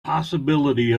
possibility